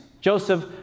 Joseph